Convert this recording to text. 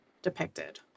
Depicted